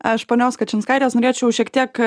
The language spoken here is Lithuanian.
aš ponios kačinskaitės norėčiau šiek tiek